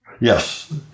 Yes